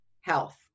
health